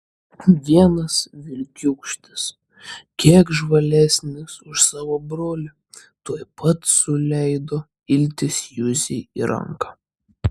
vienas vilkiūkštis kiek žvalesnis už savo brolį tuoj pat suleido iltis juzei į ranką